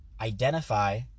identify